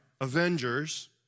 Avengers